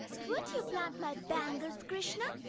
would you plant my bangles, krishna,